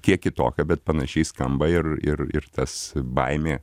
kiek kitokia bet panašiai skamba ir ir ir tas baimė